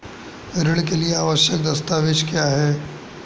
ऋण के लिए आवश्यक दस्तावेज क्या हैं?